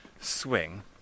swing